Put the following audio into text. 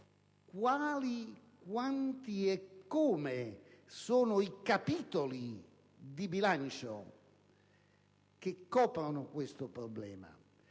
quali, quanti e come sono i capitoli di bilancio che coprono questo problema: